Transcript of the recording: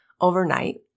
overnight